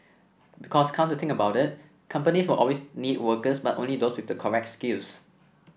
because come to think about it companies will always need workers but only those with the correct skills